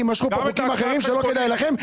יימשכו כאן חוקים אחרים ולא כדאי לכם.